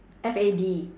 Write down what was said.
F A D